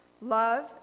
Love